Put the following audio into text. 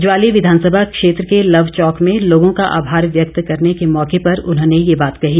ज्वाली विधानसभा क्षेत्र के लव चौक में लोगों का आभार व्यक्त करने के मौके पर उन्होंने ये बात कही